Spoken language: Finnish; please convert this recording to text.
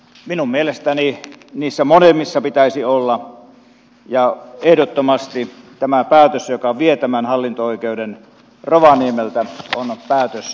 minun mielestäni niissä molemmissa pitäisi olla ja ehdottomasti tämä päätös joka vie tämän hallinto oikeuden rovaniemeltä on päätös huonoon suuntaan